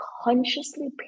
consciously